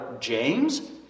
James